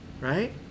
Right